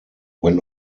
when